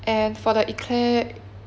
and for the eclaire